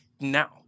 now